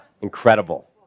incredible